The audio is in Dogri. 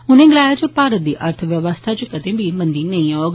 उन्ने गलाया जे भारत दी अर्थ व्यवस्था इच कदें बी म्दी नेंई औग